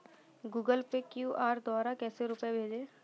Google Pay QR द्वारा कैसे रूपए भेजें?